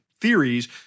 theories